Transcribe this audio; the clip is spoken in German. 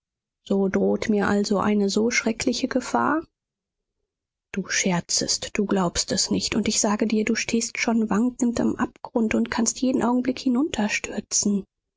so droht mir also eine so schreckliche gefahr du scherzest du glaubst es nicht und ich sage dir du stehst schon wankend am abgrund und kannst jeden augenblick